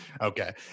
Okay